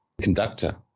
conductor